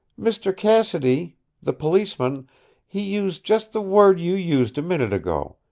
mister cassidy the policeman he used just the word you used a minute ago.